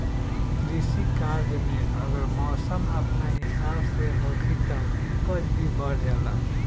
कृषि कार्य में अगर मौसम अपना हिसाब से होखी तब उपज भी बढ़ जाला